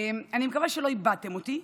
אני מקווה שלא איבדתם אותי.